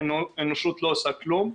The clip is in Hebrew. האנושות לא עושה כלום.